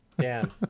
Dan